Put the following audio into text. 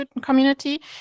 community